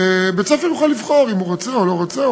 שבית-ספר יוכל לבחור אם הוא רוצה או לא רוצה,